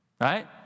right